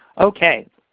okay.